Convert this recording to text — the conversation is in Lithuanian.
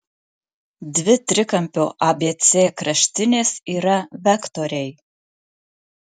dvi trikampio abc kraštinės yra vektoriai